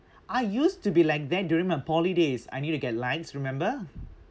I used to be like that during my poly days I need to get likes remember